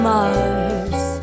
Mars